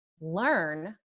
learn